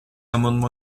amendement